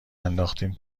انداختین